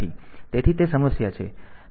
તેથી તે સમસ્યા છે